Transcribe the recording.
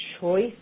choice